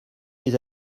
lès